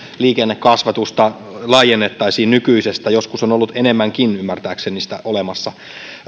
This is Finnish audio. liikennekasvatusta laajennettaisiin nykyisestä joskus on ollut enemmänkin ymmärtääkseni sitä olemassa